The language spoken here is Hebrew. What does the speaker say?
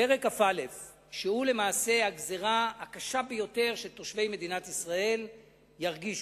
פרק כ"א הוא למעשה הגזירה הקשה ביותר שתושבי מדינת ישראל ירגישו.